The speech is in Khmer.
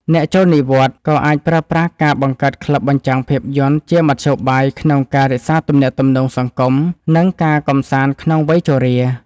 អ្នកចូលនិវត្តន៍ ក៏អាចប្រើប្រាស់ការបង្កើតក្លឹបបញ្ចាំងភាពយន្ត ជាមធ្យោបាយក្នុងការរក្សាទំនាក់ទំនងសង្គម និងការកម្សាន្តក្នុងវ័យជរា។